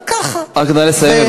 ככה, רק נא לסיים.